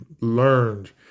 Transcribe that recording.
learned